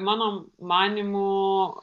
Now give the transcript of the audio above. mano manymu